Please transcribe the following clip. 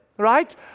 right